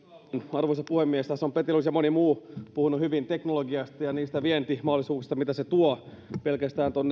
arvoisa puhemies tässä on petelius ja moni muu puhunut hyvin teknologiasta ja niistä vientimahdollisuuksista mitä se tuo pelkästään